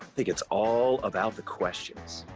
think it's all about the questions.